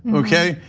okay,